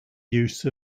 use